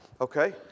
Okay